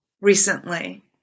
recently